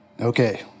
Okay